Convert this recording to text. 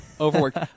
overworked